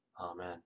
Amen